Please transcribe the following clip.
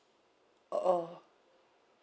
orh